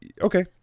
Okay